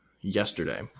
yesterday